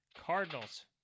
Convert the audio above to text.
Cardinals